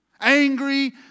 Angry